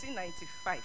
1995